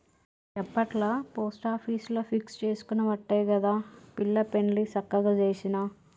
గప్పట్ల పోస్టాపీసుల ఫిక్స్ జేసుకునవట్టే గదా పిల్ల పెండ్లి సక్కగ జేసిన